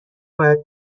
باید